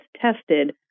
tested